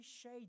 shade